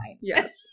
Yes